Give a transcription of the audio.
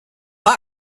help